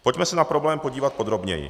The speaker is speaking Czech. Pojďme se na problém podívat podrobněji.